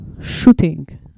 shooting